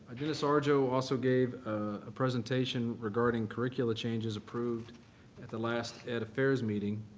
and dennis arjo also gave a presentation regarding curricula changes approved at the last ed affairs meeting.